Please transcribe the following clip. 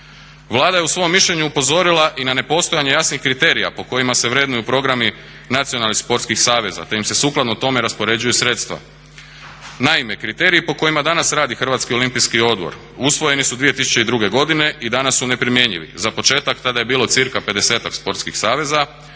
Vlada je u svom mišljenju upozorila i na nepostojanje jasnih kriterija po kojima se vrednuju programi nacionalnih sportskih saveza te im se sukladno tome raspoređuju sredstva. Naime, kriteriji po kojima danas radi Hrvatski olimpijski odbor usvojeni su 2002. godine i danas su neprimjenjivi. Za početak, tada je bilo cca 50-ak sportskih saveza,